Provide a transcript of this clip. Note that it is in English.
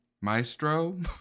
Maestro